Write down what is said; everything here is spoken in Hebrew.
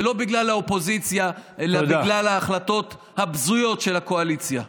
ולא בגלל האופוזיציה אלא בגלל ההחלטות הבזויות של הקואליציה.